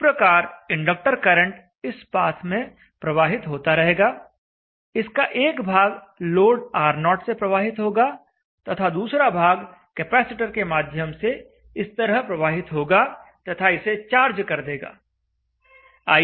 इस प्रकार inductor current इस पाथ में प्रवाहित होता रहेगा इसका एक भाग लोड R0 से प्रवाहित होगा तथा दूसरा भाग कपैसिटर के माध्यम से इस तरह प्रवाहित होगा तथा इसे चार्ज कर देगा